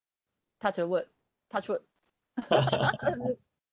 touch a word touch wood